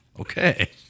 okay